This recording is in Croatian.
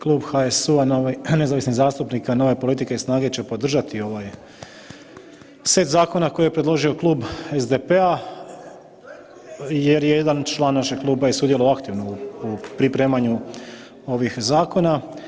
Klub HSU-a, nezavisnih zastupnika, Nove politike i SNAGA-e će podržati ovaj set zakona koji je predložio Klub SDP-a jer je jedan član našeg kluba i sudjelovao aktivno u pripremanju ovih zakona.